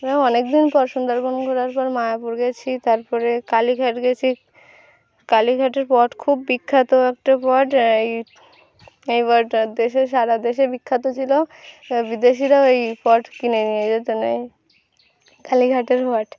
আমরা অনেক দিন পর সুন্দরবন ঘোরার পর মায়াপুর গেছি তারপরে কালীঘাট গেছি কালীঘাটের পট খুব বিখ্যাত একটা পট এই এই দেশে সারা দেশে বিখ্যাত ছিল বিদেশীরাও এই পট কিনে নিয়ে যেতেন এই কালীঘাটের পট